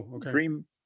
dream